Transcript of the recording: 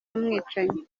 umwicanyi